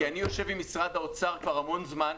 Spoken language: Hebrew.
כי אני יושב עם משרד האוצר כבר המון זמן,